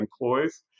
employees